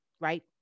right